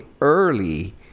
early